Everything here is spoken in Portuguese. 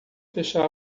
fechar